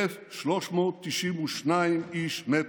1,392 איש מתו.